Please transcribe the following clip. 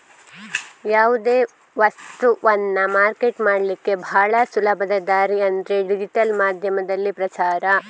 ಯಾವುದೇ ವಸ್ತವನ್ನ ಮಾರ್ಕೆಟ್ ಮಾಡ್ಲಿಕ್ಕೆ ಭಾಳ ಸುಲಭದ ದಾರಿ ಅಂದ್ರೆ ಡಿಜಿಟಲ್ ಮಾಧ್ಯಮದಲ್ಲಿ ಪ್ರಚಾರ